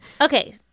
Okay